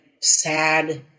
sad